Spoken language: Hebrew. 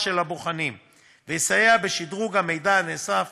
של הבוחנים ויסייע בשדרוג המידע הנאסף